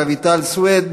רויטל סויד,